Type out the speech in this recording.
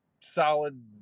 solid